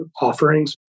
offerings